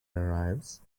arrives